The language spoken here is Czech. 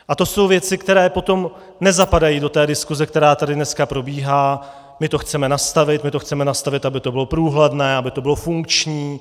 A to jsou věci, které potom nezapadají do té diskuse, která tady dneska probíhá: My to chceme nastavit, my to chceme nastavit, aby to bylo průhledné, aby to bylo funkční.